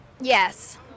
Yes